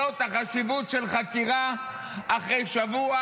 זאת החשיבות של חקירה אחרי שבוע,